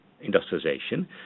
industrialization